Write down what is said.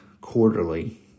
quarterly